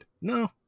No